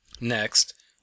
Next